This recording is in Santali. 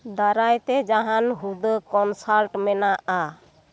ᱫᱟᱨᱟᱭ ᱛᱮ ᱡᱟᱦᱟᱱ ᱦᱩᱫᱟᱹ ᱠᱚᱱᱥᱟᱞᱴ ᱢᱮᱱᱟᱜᱼᱟ